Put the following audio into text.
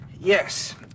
Yes